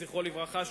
זכרו לברכה,